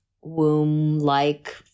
womb-like